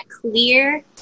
clear